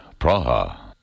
Praha